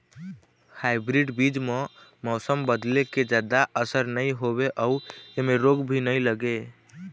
hybrid बीज म मौसम बदले के जादा असर नई होवे अऊ ऐमें रोग भी नई लगे